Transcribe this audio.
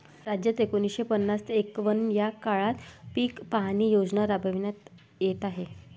राज्यात एकोणीसशे पन्नास ते एकवन्न या काळात पीक पाहणी योजना राबविण्यात येत आहे